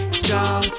strong